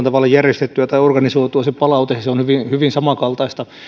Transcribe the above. tavalla järjestettyä tai organisoitua se on hyvin samankaltaista puhun nyt